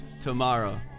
tomorrow